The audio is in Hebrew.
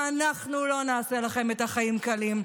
ואנחנו לא נעשה לכם את החיים קלים.